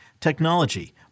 technology